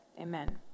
Amen